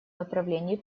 направлении